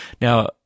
Now